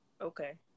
Okay